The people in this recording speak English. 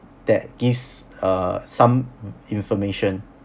that gives uh some information